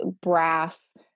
brass